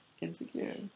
Insecure